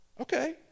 Okay